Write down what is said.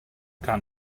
kan